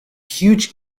huge